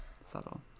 subtle